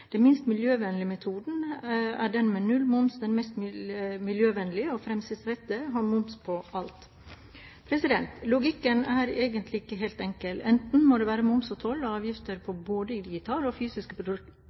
Den minst miljøvennlige metoden er den med null moms, den mest miljøvennlige og fremtidsrettede har moms på alt. Logikken er egentlig helt enkel: Enten må det være moms, toll og avgifter